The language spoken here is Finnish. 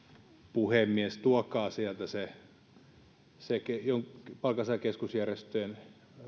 puhemies tuokaa sieltä se palkansaajien keskusjärjestöjen